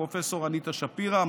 הפרופ' אניטה שפירא,